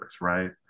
right